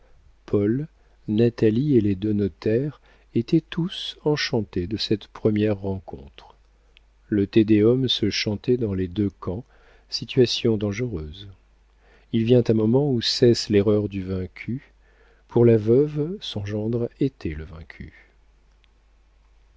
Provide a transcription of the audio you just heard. paul natalie et les deux notaires étaient tous enchantés de cette première rencontre le te deum se chantait dans les deux camps situation dangereuse il vient un moment où cesse l'erreur du vaincu pour la veuve son gendre était le vaincu